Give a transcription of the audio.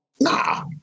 Nah